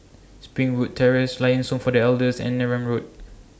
Springwood Terrace Lions Home For The Elders and Neram Road